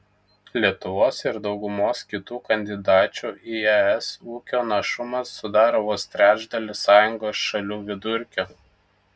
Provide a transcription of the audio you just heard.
lietuvos ir daugumos kitų kandidačių į es ūkio našumas sudaro vos trečdalį sąjungos šalių vidurkio